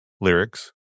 lyrics